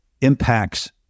impacts